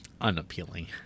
Unappealing